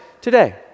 today